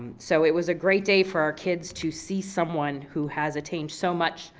so it was a great day for our kids to see someone who has attained so much,